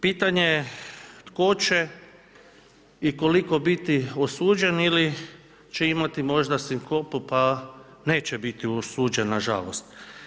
Pitanje je tko će i koliko biti osuđen ili će imati možda sinkopu pa neće biti osuđen nažalost.